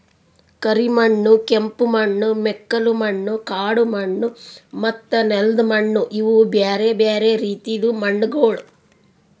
ಕರಿ ಮಣ್ಣು, ಕೆಂಪು ಮಣ್ಣು, ಮೆಕ್ಕಲು ಮಣ್ಣು, ಕಾಡು ಮಣ್ಣು ಮತ್ತ ನೆಲ್ದ ಮಣ್ಣು ಇವು ಬ್ಯಾರೆ ಬ್ಯಾರೆ ರೀತಿದು ಮಣ್ಣಗೊಳ್